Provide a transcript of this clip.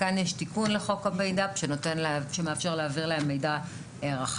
כאן יש תיקון לחוק המידע שמאפשר להעביר להם מידע רחב